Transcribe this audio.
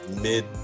mid